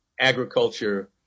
agriculture